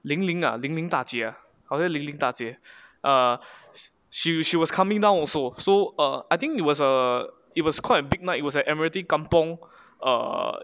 零零零零大姐 ah 好些零零大姐 err she was she was coming down also so err I think it was err it was quite a big night it was at admiralty kampung err